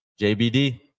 JBD